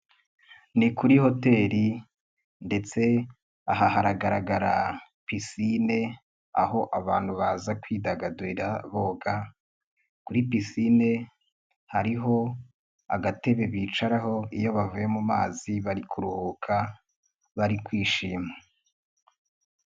Ni kuri hoteli ndetse aha haragaragara pisine, aho abantu baza kwidagadurira boga, kuri pisine hariho agatebe bicaraho iyo bavuye mu mazi bari kuruhuka, bari kwishima.